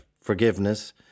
forgiveness